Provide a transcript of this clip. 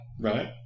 Right